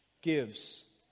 gives